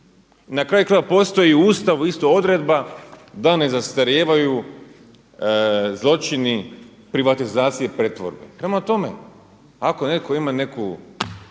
na kraju krajeva postoji u Ustavu isto odredba da ne zastarijevaju zločini privatizacije i pretvorbe. Prema tome, ako netko ima neku